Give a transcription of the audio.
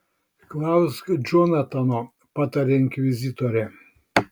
klausk džonatano patarė inkvizitorė